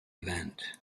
event